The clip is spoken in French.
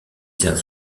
tient